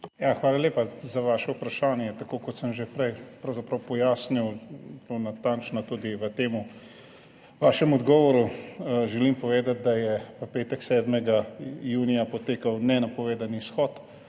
Hvala lepa za vaše vprašanje. Tako kot sem že prej pravzaprav pojasnil zelo natančno, želim tudi v tem vašem odgovoru povedati, da je v petek, 7. junija, potekal nenapovedani shod